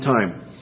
time